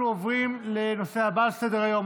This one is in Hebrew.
אנחנו עוברים לנושא הבא על סדר-היום,